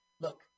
Look